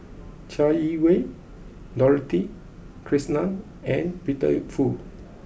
Chai Yee Wei Dorothy Krishnan and Peter Fu